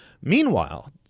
meanwhile